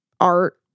art